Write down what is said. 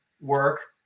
work